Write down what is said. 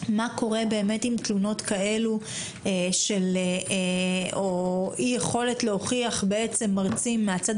מה קורה עם תלונות כאלה או אי יכולת להוכיח מרצים מן הצד